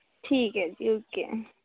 ਠੀਕ ਹੈ ਜੀ ਓਕੇ ਹੈ